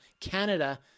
Canada